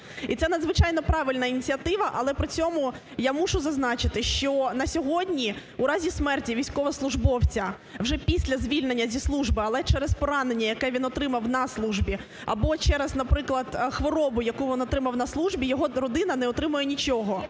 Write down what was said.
І це надзвичайно правильна ініціатива. Але при цьому я мушу зазначити, що на сьогодні у разі смерті військовослужбовця, уже після звільнення зі служби, але через поранення, яке він отримав на службі або через, наприклад, хворобу, яку він отримав на службі, його родина не отримує нічого.